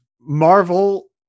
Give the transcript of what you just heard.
Marvel